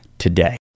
today